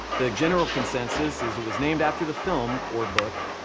the general consensus is it was named after the film, or book,